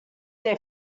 their